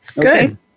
Good